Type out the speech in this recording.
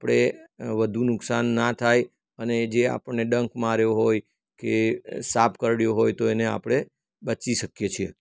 આપણે વધુ નુકસાન ના થાય અને એ જે આપણને ડંખ માર્યો હોય કે સાપ કરડયો હોય તો એને આપણે બચી શકીએ છીએ